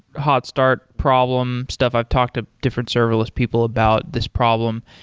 hot start problem stuff i've talked to different serverless people about this problem,